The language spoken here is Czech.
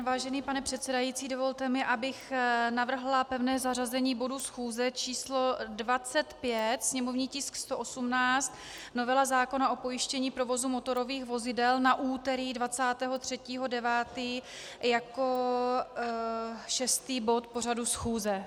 Vážený pane předsedající, dovolte mi, abych navrhla pevné zařazení bodu schůze číslo 25, sněmovní tisk 118, novela zákona o pojištění provozu motorových vozidel, na úterý 23. 9. jako šestý bod pořadu schůze.